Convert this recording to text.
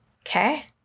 Okay